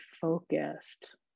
focused